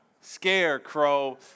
scarecrow